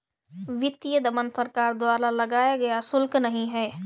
वित्तीय दमन सरकार द्वारा लगाया गया शुल्क नहीं है